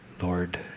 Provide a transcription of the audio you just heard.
Lord